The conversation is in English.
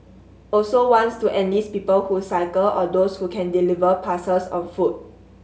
also wants to enlist people who cycle or those who can deliver parcels on foot